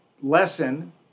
lesson